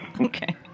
Okay